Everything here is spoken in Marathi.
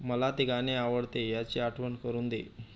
मला ते गाणे आवडते याची आठवण करून दे